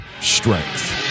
strength